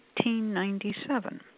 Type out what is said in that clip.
1897